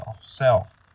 self